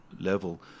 level